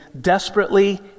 desperately